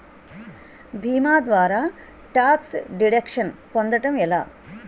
భీమా ద్వారా tax deduction పొందటం ఎలా?